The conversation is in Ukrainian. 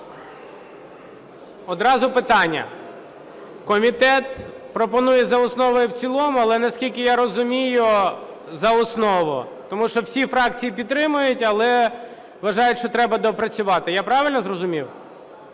Одразу питання. Комітет пропонує за основу і в цілому, але, наскільки я розумію, за основу. Тому що всі фракції підтримують але вважають, що треба доопрацювати. Я правильно зрозумів?